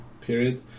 period